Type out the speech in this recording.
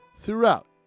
throughout